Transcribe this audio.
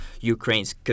Ukraine's